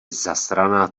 zasraná